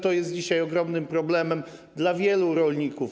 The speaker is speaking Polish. To jest dzisiaj ogromnym problemem dla wielu rolników.